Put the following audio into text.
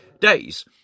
days